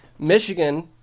Michigan